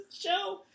show